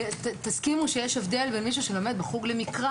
תסכימו שיש הבדל בין מישהו שלומד בחוג למקרא